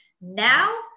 now